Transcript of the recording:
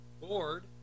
board